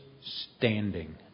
standing